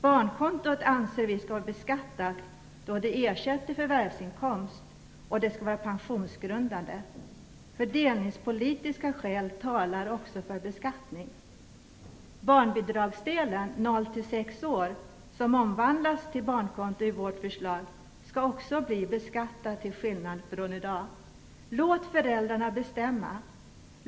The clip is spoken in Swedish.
Barnkontot anser vi skall vara beskattat, då det ersätter förvärvsinkomst, och det skall vara pensionsgrundande. Fördelningspolitiska skäl talar också för beskattning. Barnbidragsdelen för barn i åldern 0-6 år, som omvandlas till barnkonto i vårt förslag, skall också bli beskattat till skillnad från i dag. Låt föräldrarna bestämma.